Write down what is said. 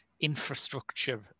infrastructure